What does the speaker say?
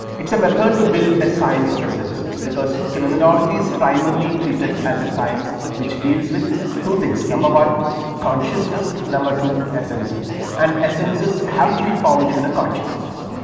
it is a method to build a science of essences because phenomenology is primarily treated as a science which deals with two things. number one consciousness, number two essences and essences have to be found in the consciousness.